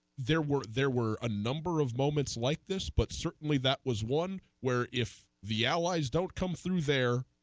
there were there were a number of moments like this but certainly that was one where if the allies don't come through their